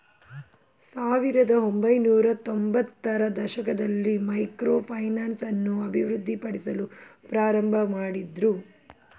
ಸಾವಿರದ ಒಂಬೈನೂರತ್ತೊಂಭತ್ತ ರ ದಶಕದಲ್ಲಿ ಮೈಕ್ರೋ ಫೈನಾನ್ಸ್ ಅನ್ನು ಅಭಿವೃದ್ಧಿಪಡಿಸಲು ಪ್ರಾರಂಭಮಾಡಿದ್ರು